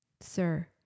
sir